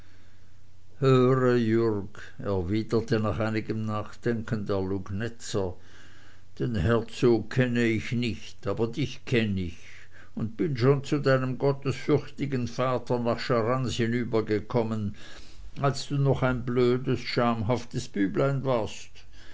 nach einigem nachdenken der lugnetzer den herzog kenne ich nicht aber dich kenn ich und bin schon zu deinem gottesfürchtigen vater nach scharans hinübergekommen als du noch ein blödes schamhaftes büblein warst